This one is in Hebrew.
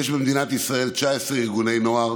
יש במדינת ישראל 19 ארגוני נוער